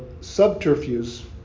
Subterfuge